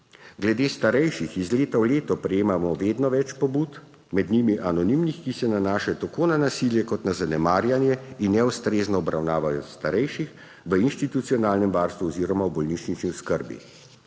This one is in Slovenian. Glede starejših iz leta v leto prejemamo vedno več pobud, med njimi anonimnih, ki se nanašajo tako na nasilje kot na zanemarjanje in neustrezno obravnavo starejših v institucionalnem varstvu oziroma v bolnišnični oskrbi.